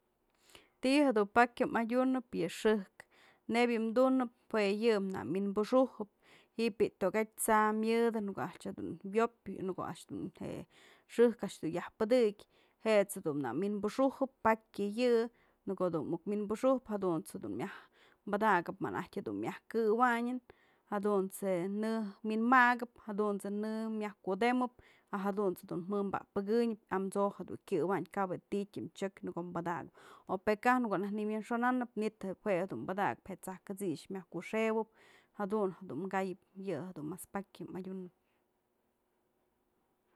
Ti'i jedun pakya madyunëp je' xëjk, jue yë na wi'inpuxujëp, ji'ib bi'i tokatyë t'sa myëdë, në ko'o da a'ax dun wyopyë o në ko'o a'ax dun yaj pëdëkyë jet's dun na wi'inpuxujëp pakya yë, në ko'o dun muk wi'ipuxujëp jadut's jedun myaj padakap më naj dun myaj këwanyën, jadunt's je në, wi'inmakëp, jadut's je në myaj kudemëp a jadunt's dun jën pa'apëkënyëp amso'o jedun kyawayn, kap je ti'i tyam chok ko'o dun padakëp o pë kaj konaj nywi'inxonanëp manytë je jue dun padakap je t'sajkësyx myaj ku xëwëp jadun jedun kayëp yë jedun mas pakya madyunëp.